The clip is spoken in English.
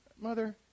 Mother